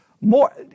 more